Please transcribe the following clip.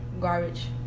Garbage